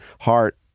heart